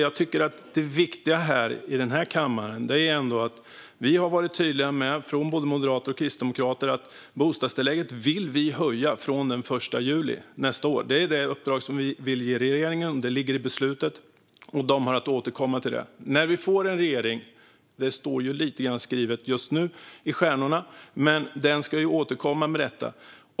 Jag tycker att det viktiga i den här kammaren ändå är att vi, både Moderaterna och Kristdemokraterna, har varit tydliga med att vi vill höja bostadstillägget från den 1 juli nästa år. Det är det uppdrag vi vill ge regeringen, och det ligger i beslutet. De har att återkomma till det. När vi får en regering står just nu lite grann skrivet i stjärnorna, men den ska återkomma med detta.